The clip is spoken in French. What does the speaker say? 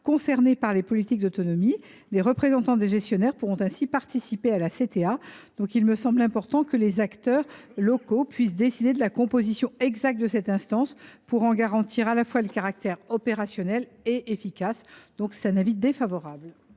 en charge de la perte d’autonomie ; les représentants des gestionnaires pourront ainsi participer à la CTA. Il me semble important que les acteurs locaux puissent décider de la composition exacte de cette instance pour en garantir le caractère opérationnel et efficace. Avis défavorable.